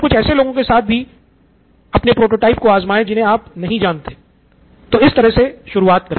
कुछ ऐसे लोगों के साथ भी अपने प्रोटोटाइप को आज़माए जिन्हें आप नहीं जानते हैं तो इस तरह से शुरुआत करें